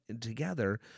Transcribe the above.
together